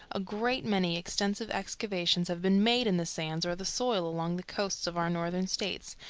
a great many extensive excavations have been made in the sands or the soil along the coasts of our northern states,